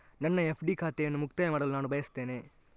ನನ್ನ ಎಫ್.ಡಿ ಖಾತೆಯನ್ನು ಮುಕ್ತಾಯ ಮಾಡಲು ನಾನು ಬಯಸ್ತೆನೆ